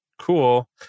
Cool